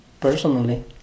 personally